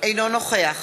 אינו נוכח